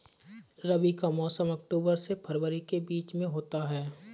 रबी का मौसम अक्टूबर से फरवरी के बीच में होता है